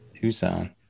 Tucson